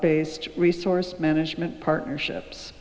based resource management partnerships